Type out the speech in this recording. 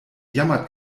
jammert